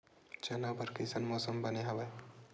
चना बर कइसन मौसम बने हवय?